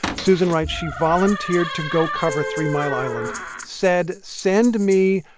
susan writes she volunteered to go cover three mile island said, send me,